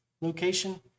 location